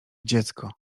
dziecko